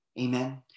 Amen